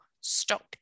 stop